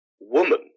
woman